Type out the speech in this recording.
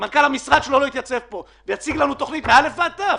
אם מנכ"ל המשרד שלו לא יתייצב פה ויציג לנו תוכנית מ-א' ועד ת',